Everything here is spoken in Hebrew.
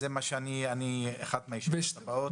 זה יהיה באחת הישיבות הבאות.